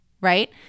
right